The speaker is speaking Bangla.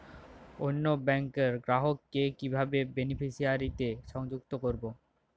অন্য ব্যাংক র গ্রাহক কে কিভাবে বেনিফিসিয়ারি তে সংযুক্ত করবো?